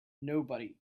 nobody